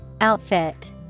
Outfit